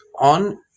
on